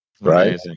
right